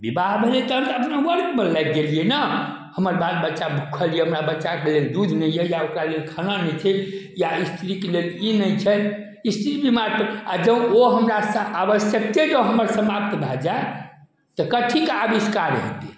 विवाह भेलै तहन तऽ अपना वर्कमे लागि गेलियै ने हमर बाल बच्चा भूखल यऽ हमरा बच्चाके लेल दूध नहि यऽ या ओकरा लेल खाना नहि छै या स्त्रीके लेल ई नहि छै स्त्री बीमार छै आ जँ ओ हमरा सऽ आबश्यकते जँ हमर समाप्त भए जेतै तऽ कथीके आबिष्कार हेतै